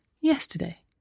yesterday